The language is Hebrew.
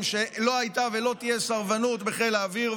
שלא הייתה ולא תהיה סרבנות בחיל האוויר,